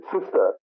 sister